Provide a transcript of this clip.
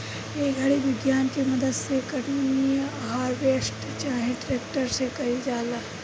ए घड़ी विज्ञान के मदद से कटनी, हार्वेस्टर चाहे ट्रेक्टर से कईल जाता